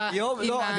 בדיוק.